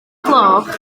gloch